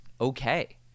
okay